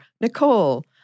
Nicole